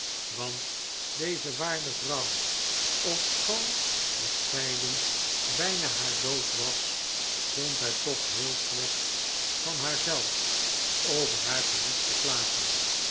want deze waarde vrouw ofschoon de scheiding bijna haar dood was vond het toch heel slecht van haarzelf over haar verlies te klagen